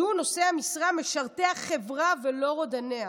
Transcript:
יהיו נושאי המשרה משרתי החברה ולא רודניה.